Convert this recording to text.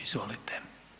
Izvolite.